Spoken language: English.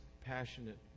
passionate